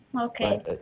Okay